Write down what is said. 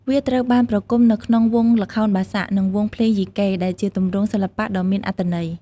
វាត្រូវបានប្រគំនៅក្នុងវង់ល្ខោនបាសាក់ និងវង់ភ្លេងយីកេ ដែលជាទម្រង់សិល្បៈដ៏មានអត្ថន័យ។